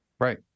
Right